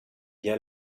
bien